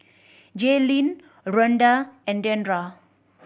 Jaylyn Rhonda and Deandra